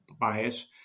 bias